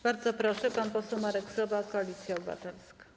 Bardzo proszę, pan poseł Marek Sowa, Koalicja Obywatelska.